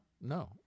no